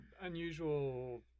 unusual